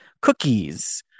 Cookies